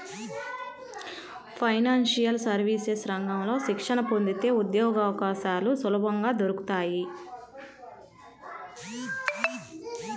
financial services రంగంలో శిక్షణ పొందితే ఉద్యోగవకాశాలు సులభంగా దొరుకుతాయి